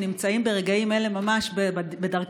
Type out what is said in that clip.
נמצאים ברגעים אלה בדרכם,